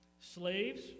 Slaves